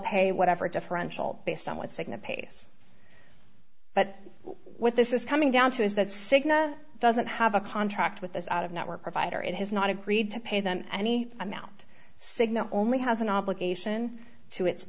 pay whatever differential based on what cigna pace but what this is coming down to is that cigna doesn't have a contract with this out of network provider it has not agreed to pay them any amount cigna only has an obligation to it